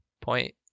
point